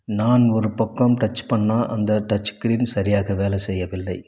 நான் ஒரு பக்கம் டச் பண்ணால் அந்த டச் க்ரீன் சரியாக வேலை செய்யவில்லை